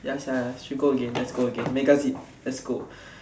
ya sia should go again let's go again mega zip let's go